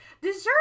deserve